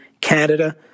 Canada